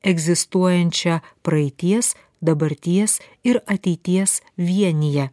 egzistuojančią praeities dabarties ir ateities vienyje